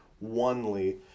Onely